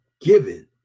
given